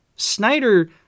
Snyder